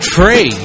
Trey